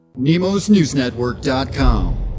Nemosnewsnetwork.com